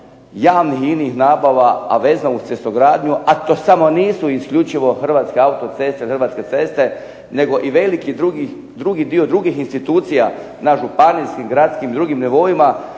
javnih i inih nabava, a vezano uz cestogradnju, a to samo nisu isključivo Hrvatske ceste, Hrvatske autoceste, nego i veliki dio drugih institucija za županijskim gradskim i drugim nivoima,